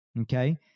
okay